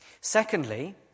Secondly